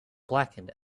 blackened